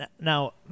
Now